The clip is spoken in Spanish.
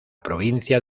provincia